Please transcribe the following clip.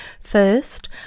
First